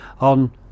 on